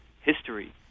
history